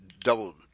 double